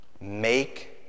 make